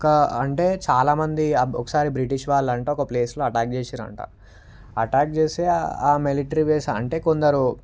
ఒక అంటే చాలామంది ఒకసారి బ్రిటిష్ వాళ్ళు అంట ఒక ప్లేస్లో అటాక్ చేసిరంట అటాక్ చేస్తే మిలిటరీ అంటే కొందరు